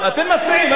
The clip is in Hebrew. אל תגיד לא מפריעים.